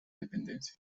dependencia